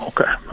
Okay